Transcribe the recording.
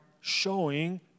showing